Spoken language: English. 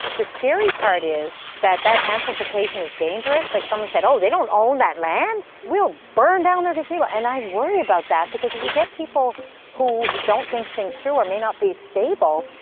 the scary part is that that amplification is dangerous. like someone said, oh, they don't own that land. we'll burn down their gazebo, and i worry about that because if you get people who don't think things through or may not be stable,